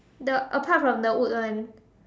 the apart from the wood one